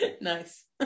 Nice